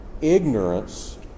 ignorance